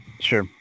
Sure